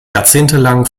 jahrzehntelang